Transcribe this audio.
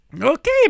Okay